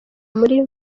muri